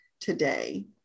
today